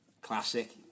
Classic